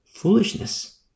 Foolishness